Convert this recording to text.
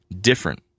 different